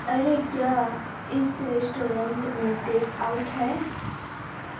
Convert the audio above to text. ارے کیا اس ریسٹورنٹ میں ٹیک آؤٹ ہے